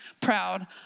proud